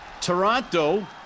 Toronto